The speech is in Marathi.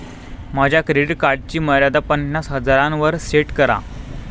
माझ्या क्रेडिट कार्डची मर्यादा पन्नास हजारांवर सेट करा